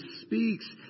speaks